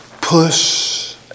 Push